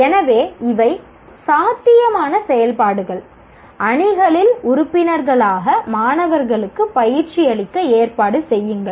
எனவே இவை சாத்தியமான செயல்பாடுகள் அணிகளில் உறுப்பினர்களாக மாணவர்களுக்கு பயிற்சி அளிக்க ஏற்பாடு செய்யுங்கள்